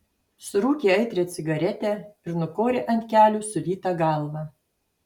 surūkė aitrią cigaretę ir nukorė ant kelių sulytą galvą